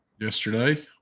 yesterday